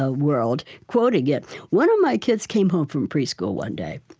ah world quoting it one of my kids came home from preschool one day,